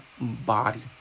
body